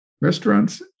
Restaurants